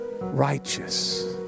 righteous